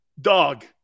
dog